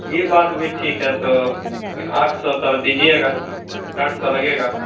यह बात भी ठीक है तो के आठ सौ तब दीजिएगा आठ सौ लगेगा